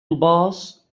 الباص